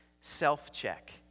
self-check